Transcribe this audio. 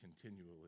continually